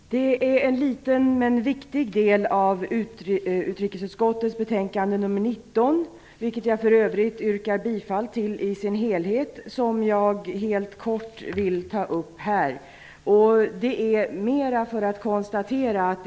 Herr talman! Det är en liten men viktig del av utrikesutskottets betänkande nr 19 som jag helt kort vill ta upp här. Jag yrkar för övrigt bifall till hemställan i betänkandet i dess helhet.